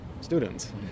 students